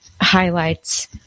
highlights